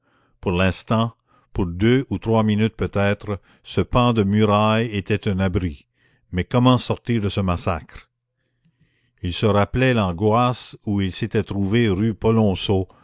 pour l'instant pour deux ou trois minutes peut-être ce pan de muraille était un abri mais comment sortir de ce massacre il se rappelait l'angoisse où il s'était trouvé rue